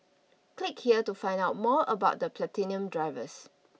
click here to find out more about the Platinum drivers